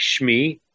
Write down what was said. Shmi